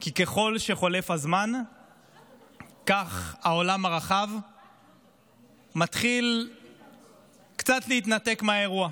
כי ככל שחולף הזמן כך העולם הרחב מתחיל קצת להתנתק מהאירוע.